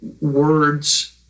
words